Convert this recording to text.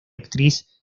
actriz